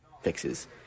fixes